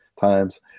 times